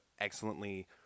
excellently